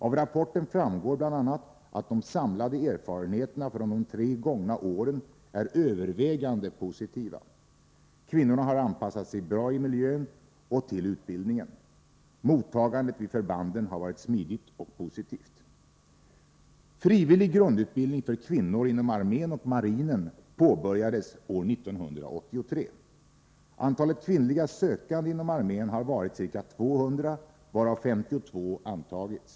Av rapporten framgår bl.a. att de samlade erfarenheterna från de tre gångna åren är övervägande positiva. Kvinnorna har anpassat sig bra i miljön och till utbildningen. Mottagandet vid förbanden har varit smidigt och positivt. Frivillig grundutbildning för kvinnor inom armén och marinen påbörjades år 1983. Antalet kvinnliga sökande inom armén har varit ca 200, varav 52 antagits.